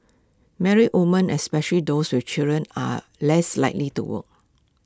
married women especially those with children are less likely to work